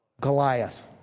Goliath